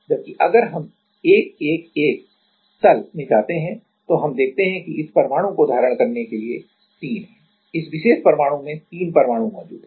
जबकि अगर हम 111 तल में जाते हैं तो हम देखते हैं कि इस परमाणु को धारण करने के लिए तीन हैं इस विशेष परमाणु में तीन परमाणु मौजूद हैं